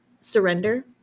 surrender